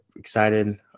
Excited